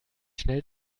schnell